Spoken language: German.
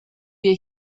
wir